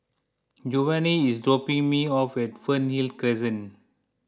Jovany is dropping me off at Fernhill Crescent